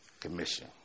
Commission